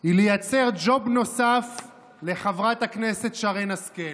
היא לייצר ג'וב נוסף לחברת הכנסת שרן השכל.